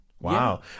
Wow